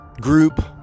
group